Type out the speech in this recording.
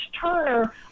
Turner